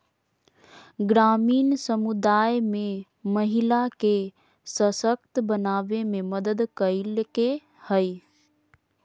ग्रामीण समुदाय में महिला के सशक्त बनावे में मदद कइलके हइ